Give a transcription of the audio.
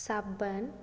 ਸਾਬਣ